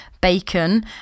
bacon